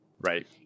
Right